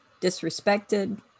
disrespected